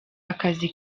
akazi